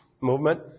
movement